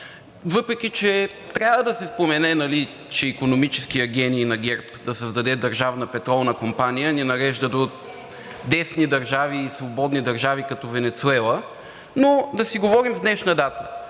въпреки че трябва да се спомене, че икономическият гений на ГЕРБ да създаде Държавна петролна компания ни нарежда до десни държави и свободни държави като Венецуела, но да си говорим с днешна дата.